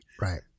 Right